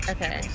Okay